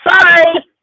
Sorry